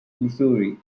missouri